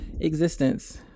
existence